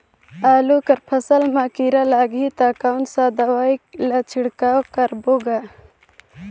आलू कर फसल मा कीरा लगही ता कौन सा दवाई ला छिड़काव करबो गा?